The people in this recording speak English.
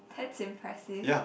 that's impressive